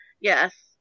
Yes